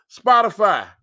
Spotify